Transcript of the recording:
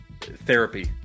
therapy